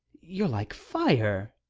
you're like fire.